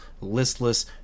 listless